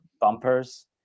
Bumpers